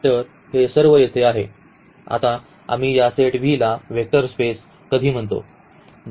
तर हे सर्व येथे आहे आता आम्ही या सेट V ला वेक्टर स्पेस कधी म्हणतो